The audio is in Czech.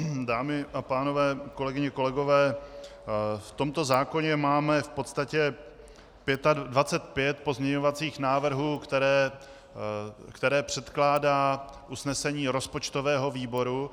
Dámy a pánové, kolegyně, kolegové, v tomto zákoně máme v podstatě 25 pozměňovacích návrhů, které předkládá usnesení rozpočtového výboru.